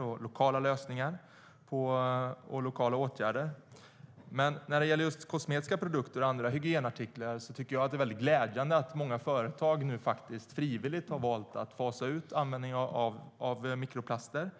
och lokala lösningar och åtgärder i Sverige. När det gäller just kosmetiska produkter och andra hygienartiklar är det glädjande att många företag frivilligt har valt att fasa ut användningen av mikroplaster.